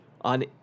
on